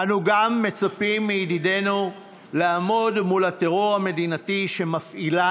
אנו גם מצפים מידידנו לעמוד מול הטרור המדינתי שמפעילה